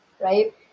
right